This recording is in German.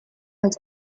als